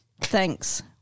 Thanks